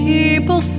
People